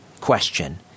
question